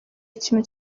ikintu